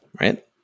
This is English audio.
right